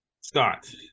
Scott